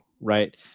right